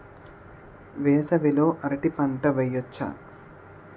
వేసవి లో అరటి పంట వెయ్యొచ్చా?